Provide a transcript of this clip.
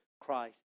Christ